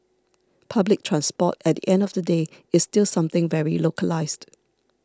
public transport at the end of the day is still something very localised